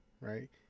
right